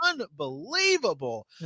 unbelievable